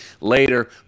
Later